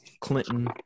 Clinton